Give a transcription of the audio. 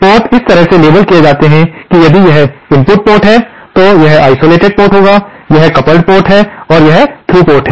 port इस तरह से लेबल किए जाते हैं यदि यह इनपुट पोर्ट है तो यह आइसोलेटेड पोर्ट है यह कपल्ड पोर्ट है और यह थ्रू पोर्ट है